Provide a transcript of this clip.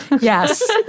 yes